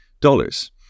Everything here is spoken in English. dollars